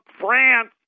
France